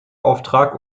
auftrag